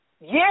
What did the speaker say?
Yes